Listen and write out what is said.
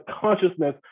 consciousness